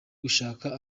gushaka